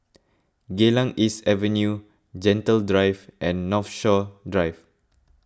Geylang East Avenue Gentle Drive and Northshore Drive